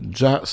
già